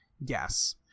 Yes